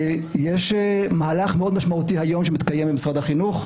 יש היום מהלך מאוד משמעותי שמתקיים במשרד החינוך,